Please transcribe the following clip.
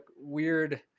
weird